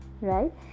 right